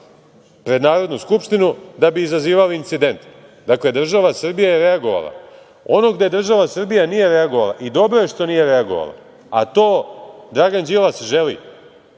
pred Narodnu skupštinu da bi izazivali incidente. Dakle, država Srbija je reagovala. Ono gde država Srbija nije reagovala i dobro je što nije reagovala, a to Dragan Đilas želi,